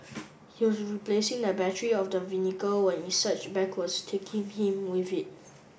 he was replacing the battery of the when it surged backwards taking him with it